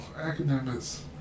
Academics